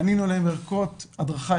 קנינו להם ערכות הדרכה,